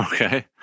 Okay